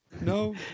no